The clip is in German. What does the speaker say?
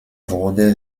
wurde